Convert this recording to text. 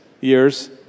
years